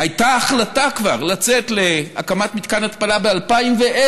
הייתה כבר החלטה לצאת להקמת מתקן התפלה ב-2010